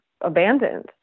abandoned